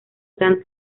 grand